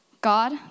God